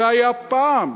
זה היה פעם,